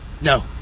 no